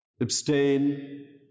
abstain